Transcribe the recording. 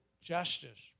justice